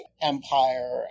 empire